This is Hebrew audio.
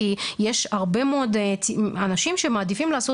כי יש הרבה מאוד אנשים שמעדיפים לעשות